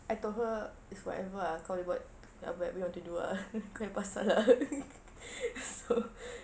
I told her it's whatever ah kau boleh buat whatever you want to do ah kau punya pasal ah so